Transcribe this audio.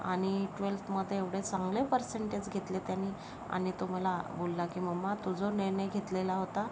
आणि ट्वेल्थमध्ये एवढे चांगले पर्सेंटेज घेतले त्याने आणि तो मला बोलला की मम्मा तू जो निर्णय घेतलेला होता